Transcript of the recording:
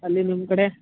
ಅಲ್ಲಿ ನಿಮ್ಮ ಕಡೆ